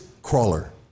Crawler